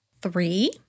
Three